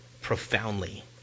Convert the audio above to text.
profoundly